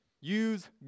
use